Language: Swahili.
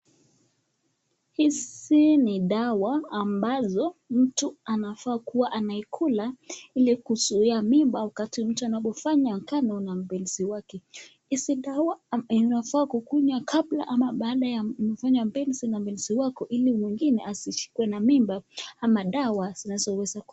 Hizi ni dawa ambazo mtu anafaa kuwa anakula ili kuzuia mimba wakati mtu anapofanya ngano na mpenzi wake. Hizi dawa unafaa kukunywa kabla ama baada ya kufanya mapenzi na mpenzi wako ili mwingine asishikwe na mimba ama dawa zinazoweza.